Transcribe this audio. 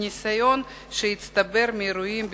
ובניסיון שהצטבר מאירועים ביטחוניים,